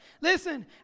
Listen